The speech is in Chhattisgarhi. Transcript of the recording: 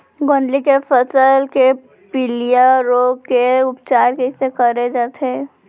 गोंदली के फसल के पिलिया रोग के उपचार कइसे करे जाये?